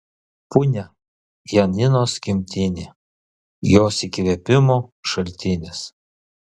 punia janinos gimtinė jos įkvėpimo šaltinis